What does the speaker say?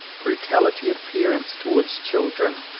brutality of parents towards children,